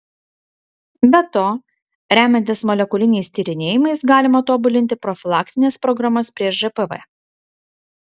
be to remiantis molekuliniais tyrinėjimais galima tobulinti profilaktines programas prieš žpv